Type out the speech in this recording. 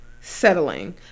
settling